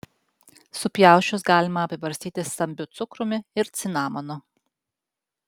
supjausčius galima apibarstyti stambiu cukrumi ir cinamonu